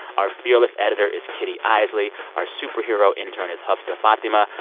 our fearless editor is kitty eisele. our superhero intern is hafsa fathima.